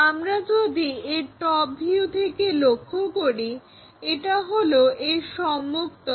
আমরা যদি এর টপ ভিউ থেকে লক্ষ্য করি এটা হলো এর সম্মুখ তল